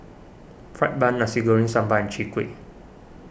Fried Bun Nasi Goreng Sambal and Chwee Kueh